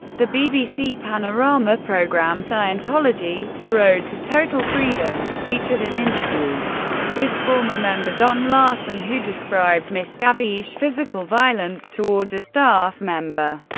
the bbc panorama program scientology the road to total freedom? featured an interview with former member don larson, who described miscavige's physical violence towards a staff member.